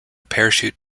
parachute